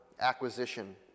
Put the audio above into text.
acquisition